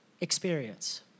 experience